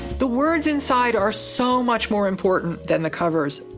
the words inside are so much more important than the covers.